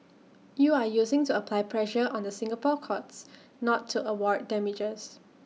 you are using to apply pressure on the Singapore courts not to award damages